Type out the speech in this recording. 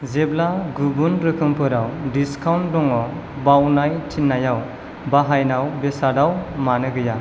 जेब्ला गुबुन रोखोमफोराव डिसकाउन्ट दङ बावनाय थिनायाव बाहायनाय बेसादआव मानो गैया